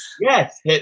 yes